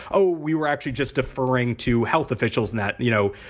oh, we were actually just deferring to health officials and that, you know,